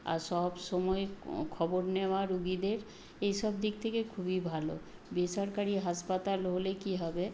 আর সবসময় খবর নেওয়া রোগীদের এই সব দিক থেকে খুবই ভালো বেসরকারি হাসপাতাল হলে কী হবে